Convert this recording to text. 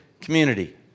community